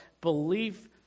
belief